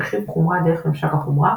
רכיב חומרה דרך ממשק החומרה,